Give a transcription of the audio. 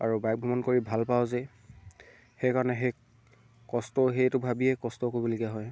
আৰু বাইক ভ্ৰমণ কৰি ভাল পাওঁ যে সেইকাৰণে সেই কষ্ট সেইটো ভাবিয়ে কষ্ট কৰিবলগীয়া হয়